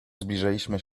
zbliżaliśmy